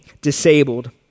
disabled